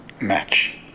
Match